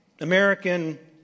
American